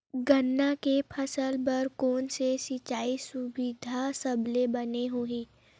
गन्ना के फसल बर कोन से सिचाई सुविधा सबले बने होही?